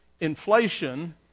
Inflation